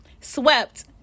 swept